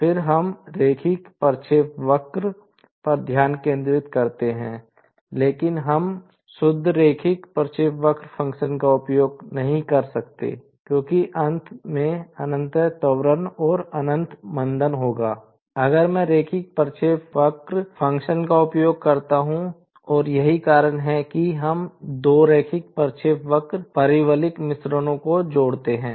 फिर हम रैखिक प्रक्षेपवक्र पर ध्यान केंद्रित करते हैं लेकिन हम शुद्ध रैखिक प्रक्षेपवक्र फ़ंक्शन का उपयोग नहीं कर सकते हैं क्योंकि अंत में अनंत त्वरण और अनंत मंदन होगी अगर मैं रैखिक प्रक्षेपवक्र फ़ंक्शन का उपयोग करता हूं और यही कारण है कि हम दो रैखिक प्रक्षेपवक्र परवलिक मिश्रणों को जोड़ते हैं